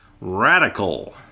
Radical